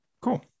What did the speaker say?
cool